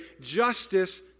justice